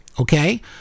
okay